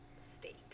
steak